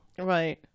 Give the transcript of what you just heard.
Right